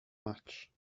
match